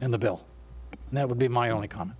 and the bill that would be my only com